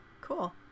cool